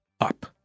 up